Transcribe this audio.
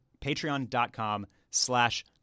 patreon.com/slash